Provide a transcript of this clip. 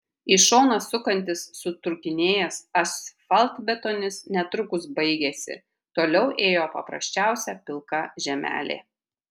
į šoną sukantis sutrūkinėjęs asfaltbetonis netrukus baigėsi toliau ėjo paprasčiausia pilka žemelė